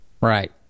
Right